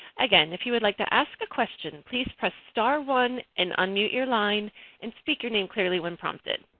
again if you would like to ask a question please press star one and unmute your line and speak your name clearly when prompted.